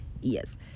Yes